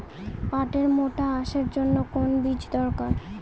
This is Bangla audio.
পাটের মোটা আঁশের জন্য কোন বীজ দরকার?